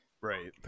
right